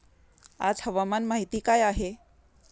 आज हवामान माहिती काय आहे?